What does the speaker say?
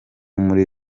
muri